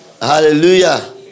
Hallelujah